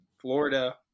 Florida